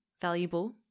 valuable